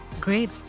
great